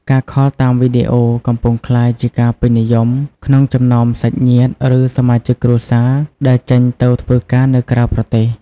ការខលតាមវីដេអូកំពុងក្លាយជាការពេញនិយមក្នុងចំណោមសាច់ញាតិ ឬសមាជិកគ្រួសារដែលចេញទៅធ្វើការនៅក្រៅប្រទេស។